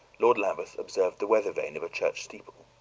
lord lambeth observed the weathervane of a church steeple.